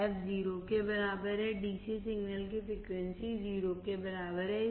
f 0 के बराबर है dc सिग्नल की फ्रीक्वेंसी 0 के बराबर है